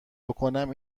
بکنم